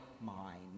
mind